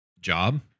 job